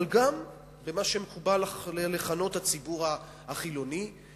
אבל גם במה שמקובל לכנות הציבור החילוני: